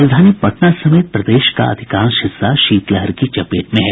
राजधानी पटना समेत प्रदेश का अधिकांश हिस्सा शीतलहर की चपेट में है